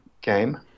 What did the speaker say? game